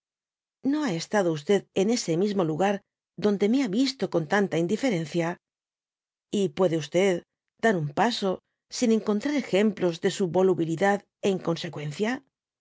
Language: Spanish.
no ha estado ts en ese mismo lugar donde me ha visto con tanta indiferencia y puede dar un paso sin encontrar ejemplos de su volubilidad é